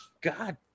God